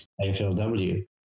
AFLW